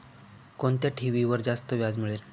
कोणत्या ठेवीवर जास्त व्याज मिळेल?